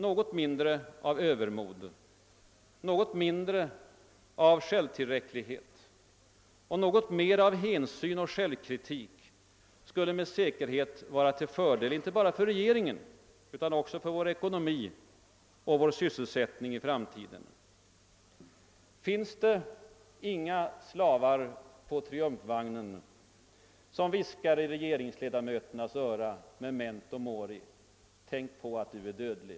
Något mindre av övermod, något mindre av självtillräcklighet och något mer av hänsyn och självkritik skulle med säkerhet vara till fördel inte bara för regeringen utan också för vår ekonomi och vår sysselsättning i framtiden. Finns det inga slavar på triumfvagnen som viskar i regeringsledamöternas öron: Memento mori! Tänk på att du är dödlig!